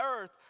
earth